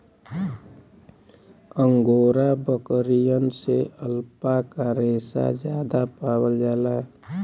angora बकरियन से alpaca रेसा जादा पावल जाला